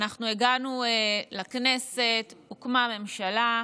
אנחנו הגענו לכנסת, הוקמה ממשלה,